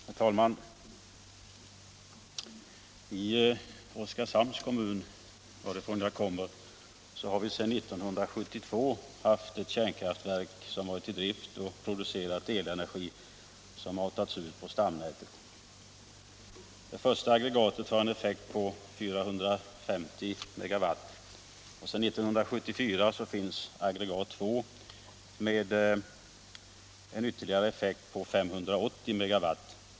Herr talman! I Oskarshamns kommun, varifrån jag kommer, har vi sedan 1972 haft ett kärnkraftverk vilket varit i drift och producerat elenergi som matats ut på stamnätet. Det första aggregatet har en effekt på 450 megawatt. Sedan 1974 finns också aggregat 2 med en effekt på 580 megawatt.